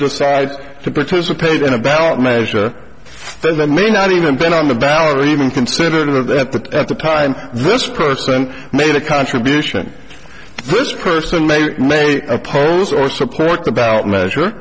decide to participate in a ballot measure things that may not even been on the ballot or even consider that at the time this person made a contribution this person may or may oppose or support the ballot measure